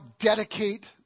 dedicate